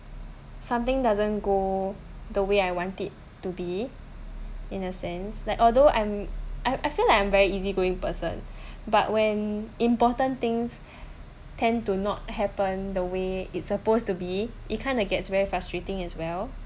something doesn't go the way I want it to be in a sense like although I'm I I feel like I'm very easy going person but when important things tend to not happen the way it supposed to be it kinda gets very frustrating as well